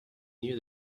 near